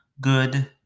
good